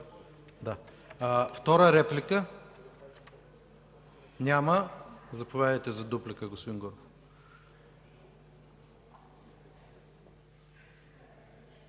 Втора реплика? Няма. Заповядайте за дуплика, господин Горов.